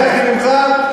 לקחתי ממך,